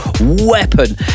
Weapon